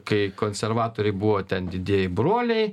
kai konservatoriai buvo ten didieji broliai